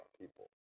people